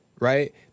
right